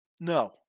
No